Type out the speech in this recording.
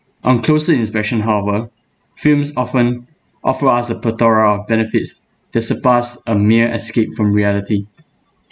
on closer inspection however films often offer us a plethora of benefits that surpass a mere escape from reality